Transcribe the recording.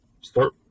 start